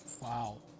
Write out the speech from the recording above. Wow